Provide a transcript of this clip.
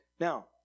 Now